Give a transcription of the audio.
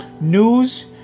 news